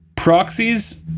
proxies